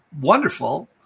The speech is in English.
wonderful